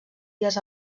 dies